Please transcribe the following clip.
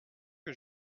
que